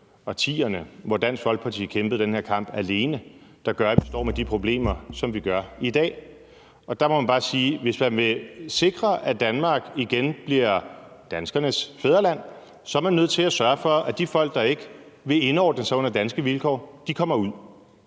og 2010'erne, hvor Dansk Folkeparti kæmpede den her kamp alene, der gør, at vi står med de problemer, som vi står med i dag. Der må man bare sige, at hvis man vil sikre, at Danmark igen bliver danskernes fædreland, er man nødt til at sørge for, at de folk, der ikke vil indordne sig under danske vilkår, kommer ud.